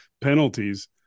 penalties